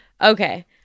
Okay